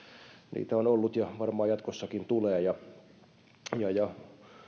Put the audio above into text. niitä on ollut ja varmaan jatkossakin tulee ja